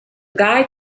guy